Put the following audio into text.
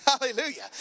hallelujah